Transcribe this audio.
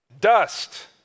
Dust